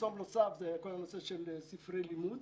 מחסור נוסף הוא כל נושא ספרי לימוד.